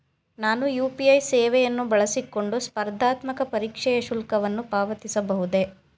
ನಾನು ಯು.ಪಿ.ಐ ಸೇವೆಯನ್ನು ಬಳಸಿಕೊಂಡು ಸ್ಪರ್ಧಾತ್ಮಕ ಪರೀಕ್ಷೆಯ ಶುಲ್ಕವನ್ನು ಪಾವತಿಸಬಹುದೇ?